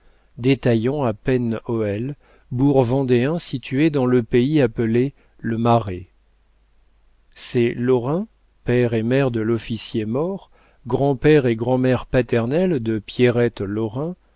détaillants à pen hoël bourg vendéen situé dans le pays appelé le marais ces lorrain père et mère de l'officier mort grand-père et grand'mère paternels de pierrette lorrain